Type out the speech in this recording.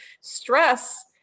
stress